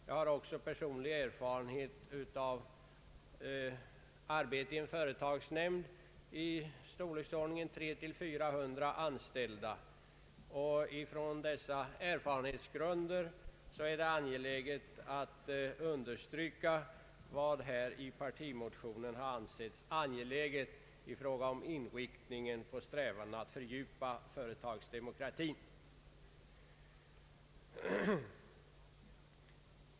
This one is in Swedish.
Jag har också personlig erfarenhet av arbete i en företagsnämnd i ett företag av storleksordningen 300— 400 anställda. Utifrån dessa erfarenheter anser jag det viktigt att understryka vad som i partimotionen ansetts angeläget i fråga om inriktningen på strävandena att fördjupa företagsdemokratin.